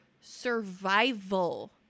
survival